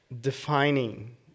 defining